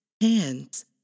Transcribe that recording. hands